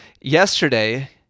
yesterday